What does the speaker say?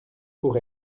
pour